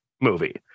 movie